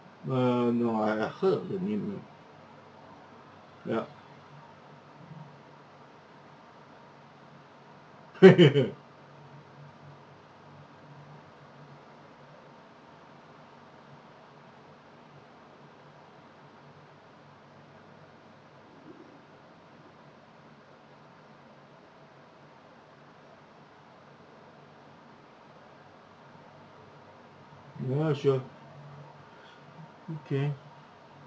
uh no I I heard a name yup ya sure okay